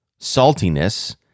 saltiness